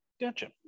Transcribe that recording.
Gotcha